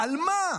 על מה?